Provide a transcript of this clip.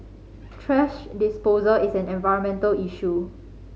thrash disposal is an environmental issue